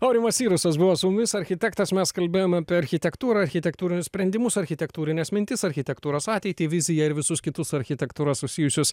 aurimas sirusas buvo su mumis architektas mes kalbėjom apie architektūrą architektūrinius sprendimus architektūrines mintis architektūros ateitį viziją ir visus kitus su architektūra susijusius